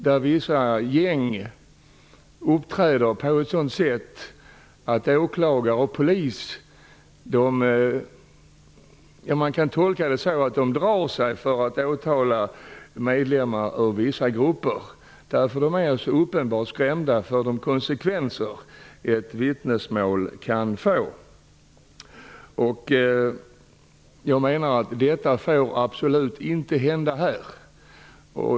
Där uppträder vissa gäng på ett sådant sätt att åklagare och poliser drar sig för att åtala medlemmar i dem. Man kan i alla fall tolka det så. De är uppenbart rädda för de konsekvenser som ett vittnesmål kan få. Detta får absolut inte hända här.